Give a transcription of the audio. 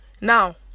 now